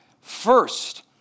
first